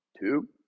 two